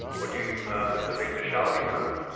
or do you purpose a victor shall be known?